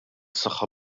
saħħa